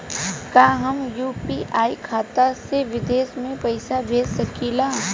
का हम यू.पी.आई खाता से विदेश में पइसा भेज सकिला?